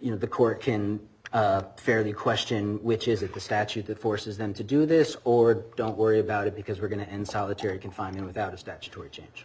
you know the court can fairly question which is it the statute that forces them to do this or don't worry about it because we're going to end solitary confinement without a statutory change